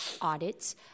audits